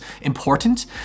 important